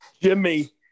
Jimmy